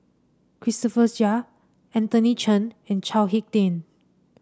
Christopher Chia Anthony Chen and Chao HicK Tin